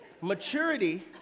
maturity